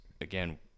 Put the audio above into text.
again